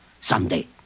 someday